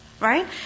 Right